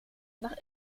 nach